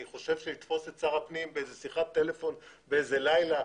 אני חושב שלתפוס את שר הפנים באיזה שיחת טלפון באיזה לילה,